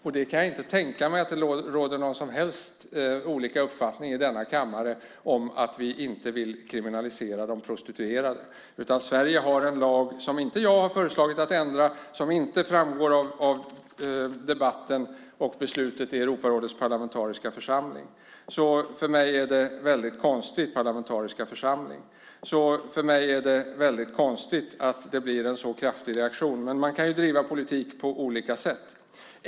Jag kan inte tänka mig att det råder någon som helst delad uppfattning i denna kammare om att vi inte vill kriminalisera de prostituerade. Sverige har en lag, och jag har inte föreslagit att den ska ändras, och det framgår inte heller av debatten och beslutet i Europas parlamentariska församling. Jag tycker att det är väldigt konstigt att det blir en så kraftig reaktion. Men man kan ju driva politik på olika sätt.